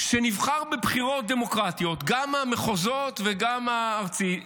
שנבחר בבחירות דמוקרטיות, גם המחוזות וגם הארצי.